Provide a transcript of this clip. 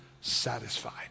satisfied